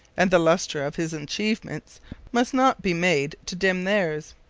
and the lustre of his achievements must not be made to dim theirs.